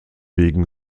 wegen